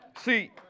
See